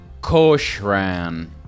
Koshran